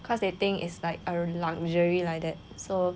cause they think is like a luxury like that so